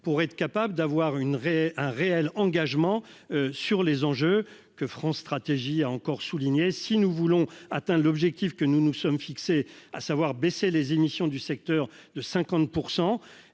comme étant à même d'avoir un réel effet sur les enjeux que France Stratégie a encore soulignés. Si nous voulons atteindre l'objectif que nous nous sommes fixé, à savoir baisser les émissions du secteur de 50